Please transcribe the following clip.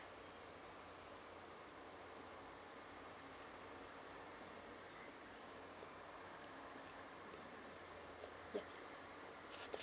ya